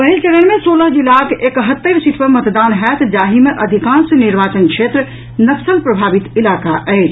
पहिल चरण मे सोलह जिलाक एकहत्तरि सीट पर मतदान होयत जाहि मे अधिकांश निर्वाचन क्षेत्र नक्सल प्रभावित इलाका अछि